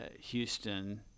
Houston